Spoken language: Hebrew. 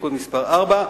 (תיקון מס' 4),